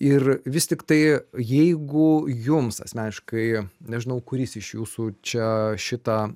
ir vis tiktai jeigu jums asmeniškai nežinau kuris iš jūsų čia šitą